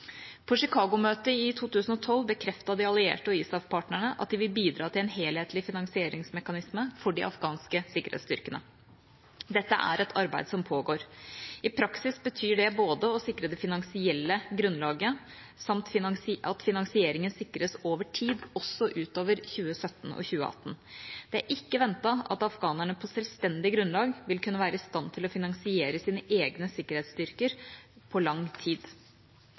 På Chicago-møtet i 2012 bekreftet de allierte og ISAF-partnerne at de vil bidra til en helhetlig finansieringsmekanisme for de afghanske sikkerhetsstyrkene. Dette er et arbeid som pågår. I praksis betyr det å sikre det finansielle grunnlaget samt at finansieringen sikres over tid – også utover 2017–2018. Det er ikke ventet at afghanerne på selvstendig grunnlag vil kunne være i stand til å finansiere sine egne sikkerhetsstyrker på lang tid.